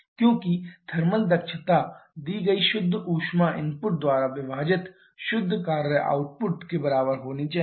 क्योंकि थर्मल दक्षता दी गई शुद्ध ऊष्मा इनपुट net heat input द्वारा विभाजित शुद्ध कार्य आउटपुट के बराबर होनी चाहिए